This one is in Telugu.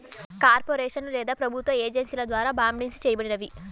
కార్పొరేషన్లు లేదా ప్రభుత్వ ఏజెన్సీల ద్వారా బాండ్సిస్ చేయబడినవి